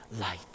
light